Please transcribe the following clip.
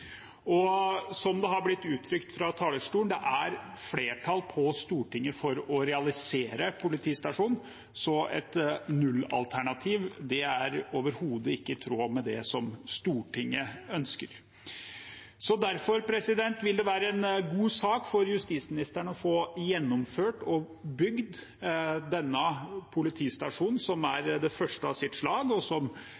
Som det har blitt uttrykt fra talerstolen: Det er flertall på Stortinget for å realisere politistasjonen, så et nullalternativ er overhodet ikke i tråd med det som Stortinget ønsker. Derfor vil det være en god sak for justisministeren å få gjennomført og bygd denne politistasjonen, som er